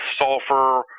sulfur